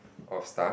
of stuff